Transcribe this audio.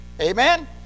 amen